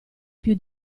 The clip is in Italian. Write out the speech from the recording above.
più